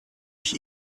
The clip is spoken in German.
ich